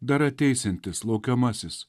dar ateisiantis laukiamasis